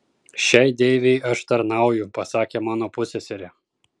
šiai deivei aš tarnauju pasakė mano pusseserė